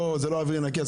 אבל לצערי זה לא אוויר נקי.